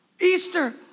Easter